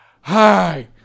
Hi